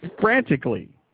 frantically